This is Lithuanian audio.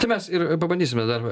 tai mes ir pabandysime dar